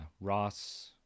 Ross